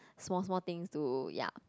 small small thing to ya